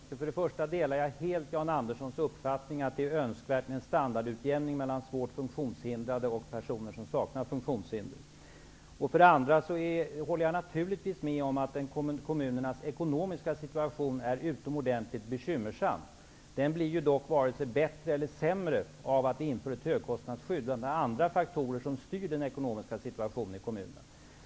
Herr talman! Jag skall komma med några avslutande synpunkter. Jag delar för det första helt Jan Anderssons uppfattning att det är önskvärt med en standardutjämning mellan svårt funktionshindrade och personer som saknar funktionshinder. För det andra håller jag naturligtvis med om att kommunernas ekonomiska situation är utomordentligt bekymmersam. Den blir dock vare sig bättre eller sämre av att vi inför ett högkostnadsskydd. Det är andra faktorer som styr den ekonomiska situationen i kommunerna.